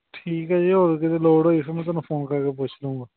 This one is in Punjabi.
ਠੀਕ ਹੈ ਜੀ ਹੋਰ ਕਿਤੇ ਲੋੜ ਹੋਈ ਫਿਰ ਮੈਂ ਤੁਹਾਨੂੰ ਫ਼ੋਨ ਕਰਕੇ ਪੁੱਛ ਲਉਂਗਾ